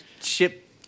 ship